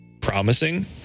promising